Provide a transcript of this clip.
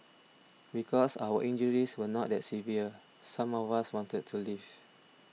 because our injuries were not that severe some of us wanted to leave